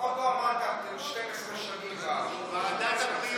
לכל הפחות לא אמרת: אתם 12 שנים, ועדת הבריאות.